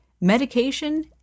medication